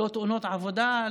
לא תאונות עבודה,